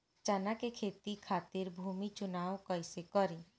चना के खेती खातिर भूमी चुनाव कईसे करी?